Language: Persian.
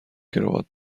کراوات